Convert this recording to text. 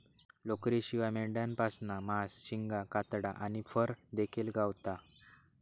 लोकरीशिवाय मेंढ्यांपासना मांस, शिंगा, कातडा आणि फर देखिल गावता